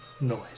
noise